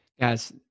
Guys